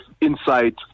insight